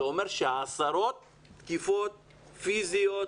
זה אומר עשרות תקיפות פיזיות,